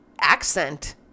accent